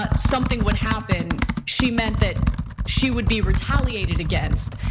ah something would happen, she meant that she would be retaliated against.